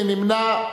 מי נמנע?